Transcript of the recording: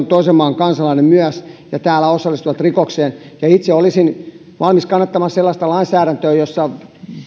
toisen maan kansalaisuus ja jotka täällä osallistuvat rikokseen itse olisin valmis kannattamaan sellaista lainsäädäntöä jossa